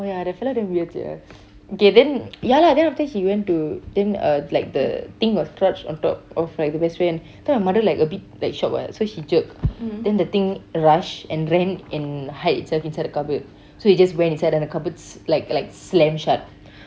oh ya that fellow damn weird sia okay then ya lah then after that he went to to then uh like the thing was crouched on top of like the best friend so my mother like a bit like shocked [what] so she jerked then the thing rush and ran and hide inside the inside the cupboard so it just went inside the cupboards like like slam shut